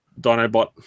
Dinobot